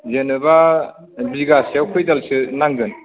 जेनेबा बिगासेआव खयदालसो नांगोन